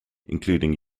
including